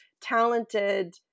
talented